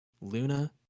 Luna